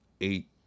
eight